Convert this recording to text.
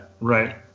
Right